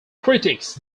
critics